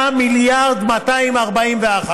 4.241 מיליארד, 4.241,